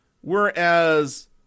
Whereas